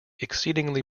exceedingly